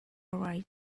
right